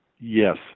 Yes